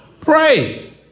Pray